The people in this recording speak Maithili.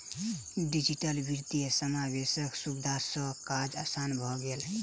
डिजिटल वित्तीय समावेशक सुविधा सॅ काज आसान भ गेल